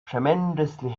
tremendously